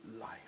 life